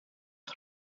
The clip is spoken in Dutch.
een